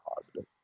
positive